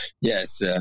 Yes